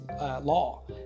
law